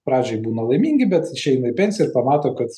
pradžioj būna laimingi bet išeina į pensiją ir pamato kad